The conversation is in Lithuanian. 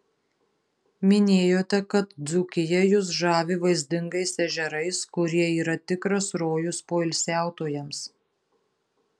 minėjote kad dzūkija jus žavi vaizdingais ežerais kurie yra tikras rojus poilsiautojams